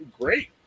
great